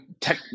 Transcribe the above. tech